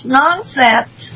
nonsense